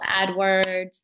AdWords